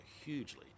hugely